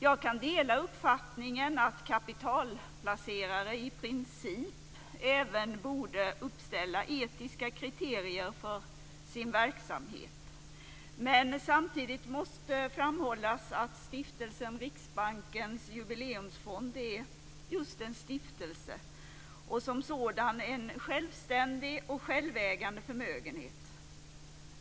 Jag kan dela uppfattningen att kapitalplacerare i princip även borde uppställa etiska kriterier för sin verksamhet. Men samtidigt måste framhållas att Stiftelsen Riksbankens Jubileumsfond är just en stiftelse och som sådan en självständig och självägande förmögenhet.